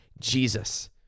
Jesus